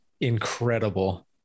incredible